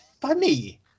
funny